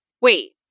Wait